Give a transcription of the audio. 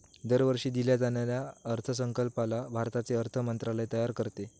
दरवर्षी दिल्या जाणाऱ्या अर्थसंकल्पाला भारताचे अर्थ मंत्रालय तयार करते